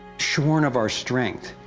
shorn of our strength,